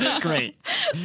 Great